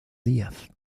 díaz